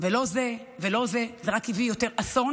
ולא זה ולא זה, זה רק הביא יותר אסון.